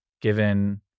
given